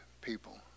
people